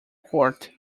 court